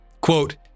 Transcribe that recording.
Quote